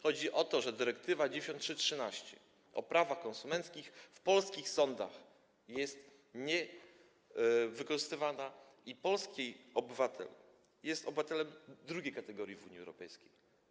Chodzi o to, że dyrektywa 93/13 o prawach konsumenckich w polskich sądach jest niewykorzystywana i polski obywatel jest obywatelem drugiej kategorii w Unii Europejskiej.